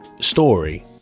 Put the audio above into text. story